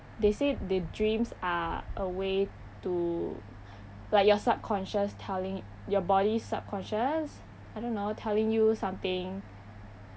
they say the dreams are a way to like your subconscious telling your body subconscious I don't know telling you something